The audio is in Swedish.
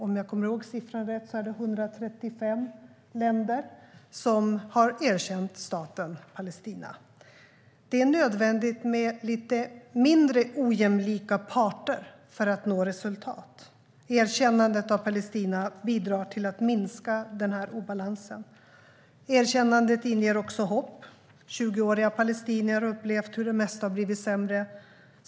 Om jag kommer ihåg siffran rätt är det 135 länder som har erkänt staten Palestina. Det är nödvändigt med lite mindre ojämlika parter för att man ska kunna nå resultat. Erkännandet av Palestina bidrar till att minska den obalansen. Erkännandet inger också hopp. 20-åriga palestinier har upplevt att det mesta har blivit sämre.